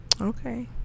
okay